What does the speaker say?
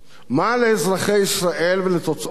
מה לאזרחי ישראל ולתוצאות הבחירות